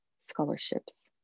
scholarships